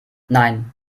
nein